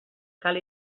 cal